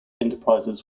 enterprises